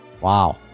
Wow